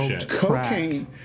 cocaine